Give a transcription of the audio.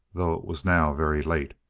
though it was now very late.